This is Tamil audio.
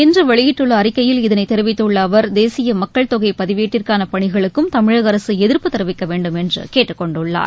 இன்று வெளியிட்டுள்ள அறிக்கையில் இதனைத் தெரிவித்துள்ள அவர் தேசிய மக்கள் தொகை பதிவேட்டிற்கான பணிகளுக்கும் தமிழக அரசு எதிர்ப்பு தெரிவிக்க வேண்டும் என்று கேட்டுக் கொண்டுள்ளார்